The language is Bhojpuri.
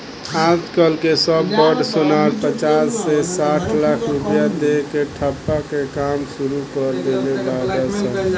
आज कल के सब बड़ सोनार पचास से साठ लाख रुपया दे के ठप्पा के काम सुरू कर देले बाड़ सन